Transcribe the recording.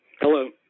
Hello